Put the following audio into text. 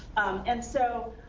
and so,